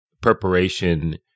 preparation